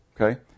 Okay